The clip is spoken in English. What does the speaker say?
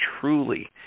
truly